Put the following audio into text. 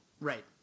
Right